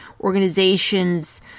organizations